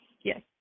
Yes